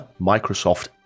Microsoft